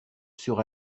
sur